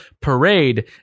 parade